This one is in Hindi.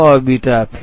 अल्फा और बीटा